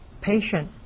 patient